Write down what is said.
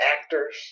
actors